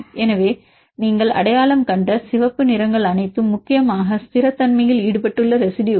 எனவே இங்கே நீங்கள் அடையாளம் கண்ட சிவப்பு நிறங்கள் அனைத்தும் முக்கியமாக ஸ்திரத்தன்மையில் ஈடுபட்டுள்ள ரெசிடுயுகள்